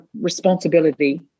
responsibility